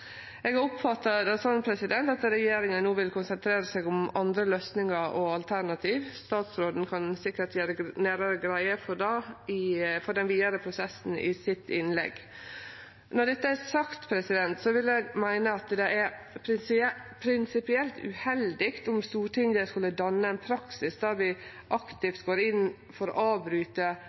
Eg oppfattar det slik at regjeringa no vil konsentrere seg om andre løysingar og alternativ. Statsråden kan sikkert gjere nærare greie for den vidare prosessen i innlegget sitt. Når det er sagt, vil eg meine at det er prinsipielt uheldig om Stortinget skulle danne ein praksis der dei aktivt går inn for å avbryte